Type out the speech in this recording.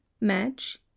match